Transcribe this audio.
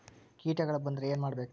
ಕೇಟಗಳ ಬಂದ್ರ ಏನ್ ಮಾಡ್ಬೇಕ್?